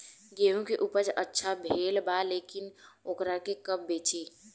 गेहूं के उपज अच्छा भेल बा लेकिन वोकरा के कब बेची?